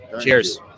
Cheers